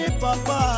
papa